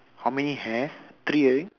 how many have three already